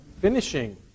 finishing